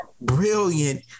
brilliant